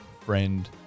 friend